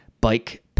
bike